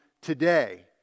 today